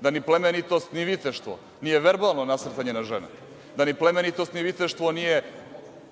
da ni plemenitost ni viteštvo nije verbalno nasrtanje na žene, da ni plemenitost ni viteštvo nije